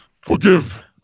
Forgive